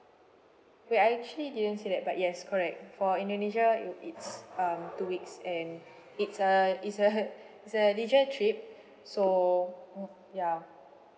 wait I actually didn't say that but yes correct for indonesia it'll it's um two weeks and it's a it's a it's a leisure trip so mm ya